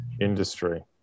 industry